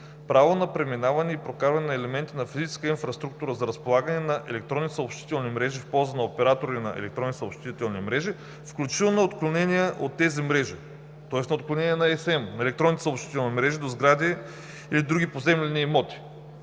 „право на преминаване и прокарване на елементи на физическа инфраструктура за разполагане на електронни съобщителни мрежи в полза на оператори на електронни съобщителни мрежи, включително на отклонения от тези мрежи“ – тоест на отклонения на електронните съобщителни мрежи – „до сгради и до други поземлени имоти“,